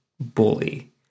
bully